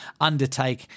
undertake